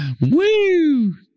Woo